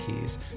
Keys